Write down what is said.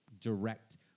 direct